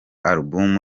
album